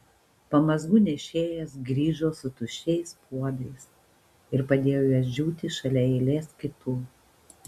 pamazgų nešėjas grįžo su tuščiais puodais ir padėjo juos džiūti šalia eilės kitų